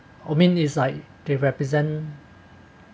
oh mean is like they represent